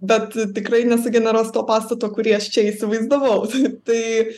bet tikrai nesugeneruos to pastato kurį aš čia įsivaizdavau tai tai